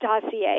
dossier